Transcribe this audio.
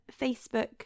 Facebook